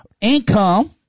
income